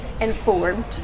informed